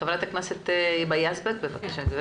ח"כ היבה יזבק בבקשה.